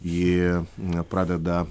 ji pradeda